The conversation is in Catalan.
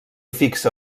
fixa